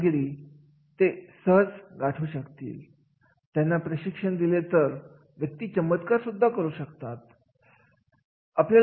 मग ते कौशल्य मुक्त असू देत किंवा नसु देत